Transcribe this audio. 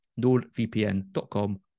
nordvpn.com